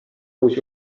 uus